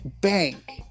bank